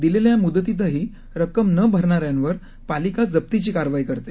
दिलेल्यामुदतीतहीरक्कमनभरणाऱ्यांवरपालिकाजप्तीचीकारवाईकरते